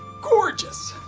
gorgeous